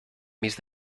mis